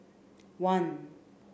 one